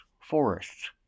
forests